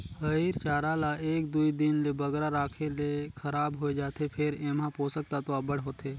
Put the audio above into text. हयिर चारा ल एक दुई दिन ले बगरा राखे ले खराब होए जाथे फेर एम्हां पोसक तत्व अब्बड़ होथे